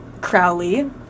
Crowley